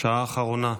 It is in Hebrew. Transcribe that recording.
בשעה האחרונה,